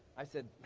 i said,